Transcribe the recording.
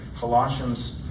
Colossians